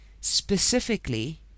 specifically